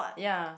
ya